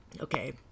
Okay